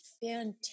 fantastic